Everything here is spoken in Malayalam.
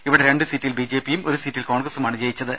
ഇവിടെ രണ്ട് സീറ്റിൽ ബി ജെ പിയും ഒരു സീറ്റിൽ കോൺഗ്രസുമാണ് വിജയിച്ചത്